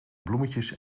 bloemetjes